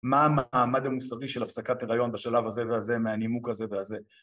מה המעמד המוסרי של הפסקת הריון בשלב הזה והזה, מהנימוק הזה והזה.